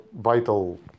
vital